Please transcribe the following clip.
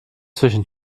zwischen